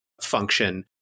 function